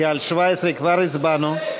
לסעיף 42. להלן התוצאות: